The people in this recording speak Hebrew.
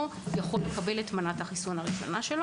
יכול לקבל את מנת החיסון הראשונה.